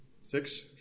Six